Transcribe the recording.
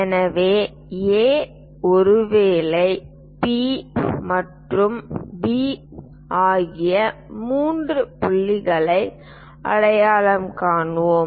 எனவே A ஒருவேளை P மற்றும் B ஆகிய மூன்று புள்ளிகளை அடையாளம் காண்போம்